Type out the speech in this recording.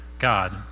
God